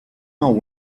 not